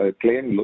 claim